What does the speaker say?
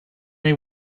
they